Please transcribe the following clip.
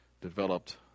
developed